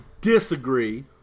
disagree